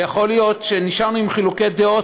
יכול להיות שנשארנו עם חילוקי דעות,